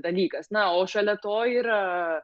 dalykas na o šalia to yra